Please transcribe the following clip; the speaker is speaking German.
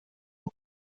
und